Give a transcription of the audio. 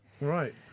Right